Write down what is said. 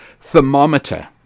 thermometer